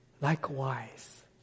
Likewise